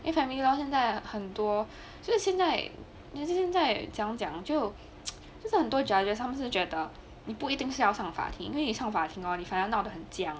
因为 family law 现在很多其实现在可是现在怎样讲就就是很多 judges 他们是觉得你不一定是要上法庭因为你上法庭你反而闹得很僵